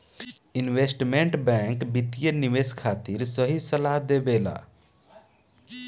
investment bank वित्तीय निवेश खातिर सही सलाह देबेला